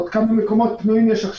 כמה מקומות פנויים יש?